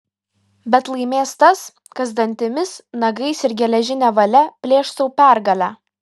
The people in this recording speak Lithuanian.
bet laimės tas kas dantimis nagais ir geležine valia plėš sau pergalę